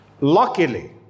Luckily